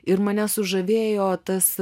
ir mane sužavėjo tas